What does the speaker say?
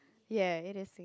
ya it is